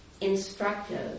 instructive